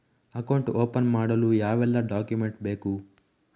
Account open ಮಾಡಲು ಯಾವೆಲ್ಲ document ಬೇಕು?